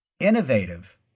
innovative